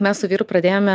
mes su vyru pradėjome